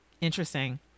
Interesting